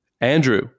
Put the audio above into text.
Andrew